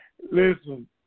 Listen